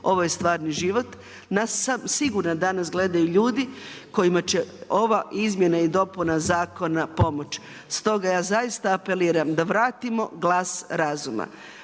Ovo je stvarni život. Nas sigurno danas gledaju ljudi kojima će ova izmjena i dopuna zakona pomoći, stoga ja zaista apeliram da vratimo glas razuma.